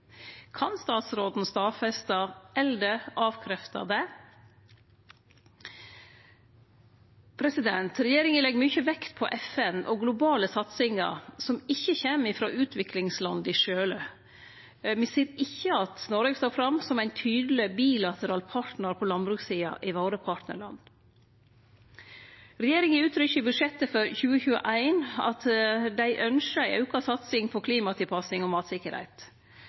Kan statsråden stadfeste eller avkrefte det? Regjeringa legg mykje vekt på FN og globale satsingar, som ikkje kjem frå utviklingslanda sjølve. Me ser ikkje at Noreg står fram som ein tydeleg bilateral partnar på landbrukssida i partnarlanda våre. Regjeringa uttrykkjer i budsjettet for 2021 at dei ynskjer ei auka satsing på klimatilpassing og